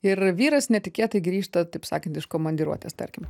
ir vyras netikėtai grįžta taip sakant iš komandiruotės tarkim